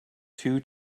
two